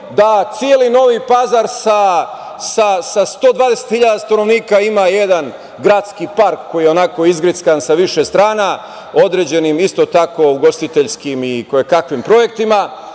da celi Novi Pazar sa 120.000 stanovnika ima jedan gradski park koji je onako izgrickan sa više strana, određenim isto tako ugostiteljskim i koje kakvim projektima.